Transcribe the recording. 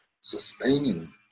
sustaining